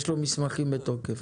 יש לו מסמכים בתוקף.